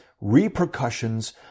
repercussions